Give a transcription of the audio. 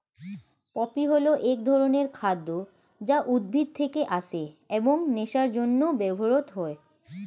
poppy হল এক ধরনের খাদ্য যা উদ্ভিদ থেকে আসে এবং নেশার জন্য ব্যবহৃত হয়